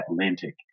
Atlantic